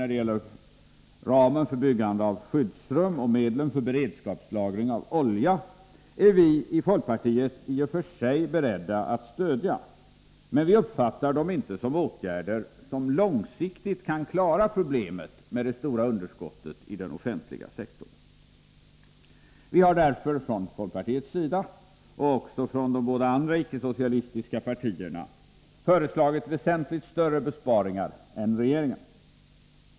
när det gäller ramen för byggande av skyddsrum och medlen för beredskapslagring av olja — är vi i folkpartiet i och för sig beredda att stödja, men vi uppfattar dem inte som åtgärder som långsiktigt klarar problemet med det stora budgetunderskottet i den offentliga sektorn. Vi har därför från folkpartiets sida, i likhet med de båda andra ickesocialistiska partierna, föreslagit väsentligt större besparingar än regeringen.